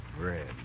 red